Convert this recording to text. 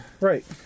Right